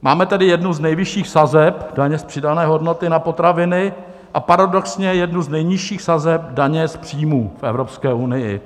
Máme tedy jednu z nejvyšších sazeb daně z přidané hodnoty na potraviny a paradoxně jednu z nejnižších sazeb daně z příjmů v Evropské unii.